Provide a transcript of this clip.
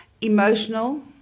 emotional